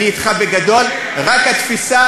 אני אתך בגדול, רק התפיסה,